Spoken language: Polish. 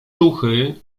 ruchy